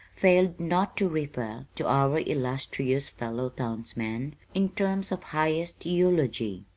failed not to refer to our illustrious fellow townsman in terms of highest eulogy.